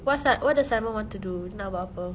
what's si~ what does simon want to do nak buat apa